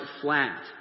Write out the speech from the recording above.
flat